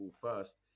first